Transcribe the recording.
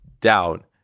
doubt